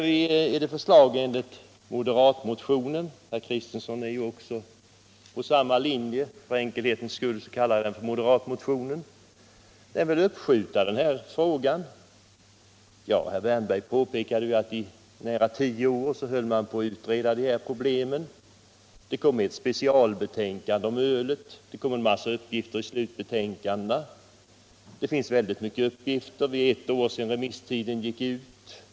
Nu föreslås i moderatreservationen — herr Kristenson är ju på samma linje, men för enkelhetens skull talar jag om moderatreservationen — att vi skall uppskjuta frågan. Ja, herr Wärnberg påpekade ju att i nära tio år höll man på och utredde dessa problem. Det kom ett specialbetänkande om ölet, och det kom en massa uppgifter i slutbetänkandena. Det finns väldigt mycket uppgifter. Det är ett år sedan remisstiden gick ut.